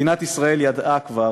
מדינת ישראל ידעה כבר,